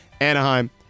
Anaheim